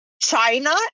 China